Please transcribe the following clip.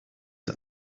ist